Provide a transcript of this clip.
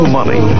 Money